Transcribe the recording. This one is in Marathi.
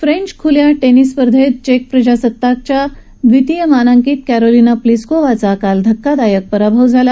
फ्रेंच ख्ल्या टेनिस स्पर्धेत चेक प्रजासत्ताकच्या द्वितीय मानांकित कॅरोलिना प्लिस्कोवाचा काल धक्कादायक पराभव झाला